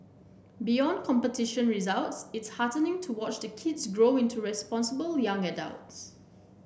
beyond competition results it is heartening to watch the kids grow into responsible young adults